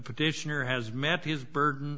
petitioner has met his burden